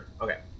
Okay